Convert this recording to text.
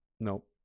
Nope